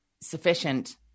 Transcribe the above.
sufficient